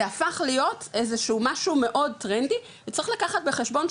זה הפך להיות איזשהו משהו מאד טרנדי וצריך לקחת בחשבון,